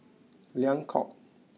Liang Court